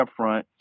upfront